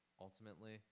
ultimately